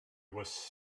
was